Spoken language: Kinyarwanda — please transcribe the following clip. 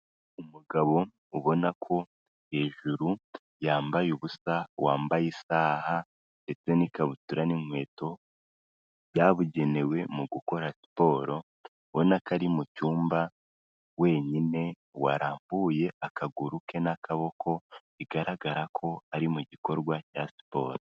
Umugabo ubona ko hejuru yambaye ubusa, wambaye isaha ndetse n'ikabutura n'inkweto byabugenewe mu gukora siporo, ubona ko ari mu cyumba wenyine, warambuye akaguru ke n'akaboko, bigaragara ko ari mu gikorwa cya siporo.